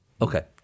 okay